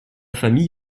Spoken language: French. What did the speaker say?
famille